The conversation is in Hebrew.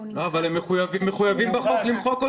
הם מחויבים בחוק למחוק.